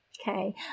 Okay